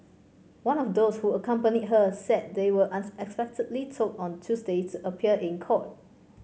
one of those who accompanied her said they were unexpectedly told on Tuesday to appear in court